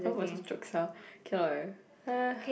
joke sia cannot eh eh